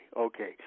okay